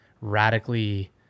radically